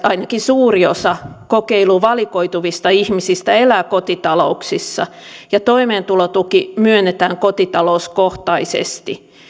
ainakin suuri osa kokeiluun valikoituvista ihmisistä elää kotitalouksissa ja toimeentulotuki myönnetään kotitalouskohtaisesti